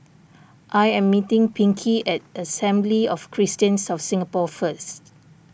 I am meeting Pinkey at Assembly of Christians of Singapore first